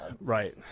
Right